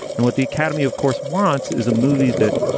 and what the academy, of course, wants is a movie that.